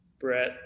brett